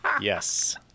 Yes